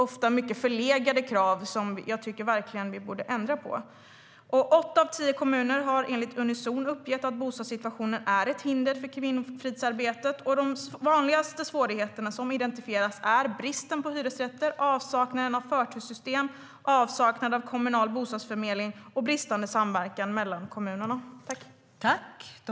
Det handlar om förlegade krav jag verkligen tycker att vi borde ändra på.